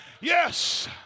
yes